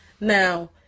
Now